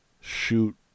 shoot